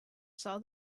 saw